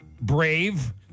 brave